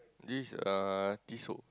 this uh Tissot